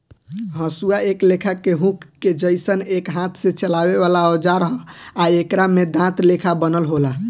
हसुआ एक लेखा के हुक के जइसन एक हाथ से चलावे वाला औजार ह आ एकरा में दांत लेखा बनल होला